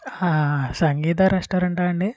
సంగీతా రెస్టారెంటా అండి